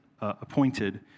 appointed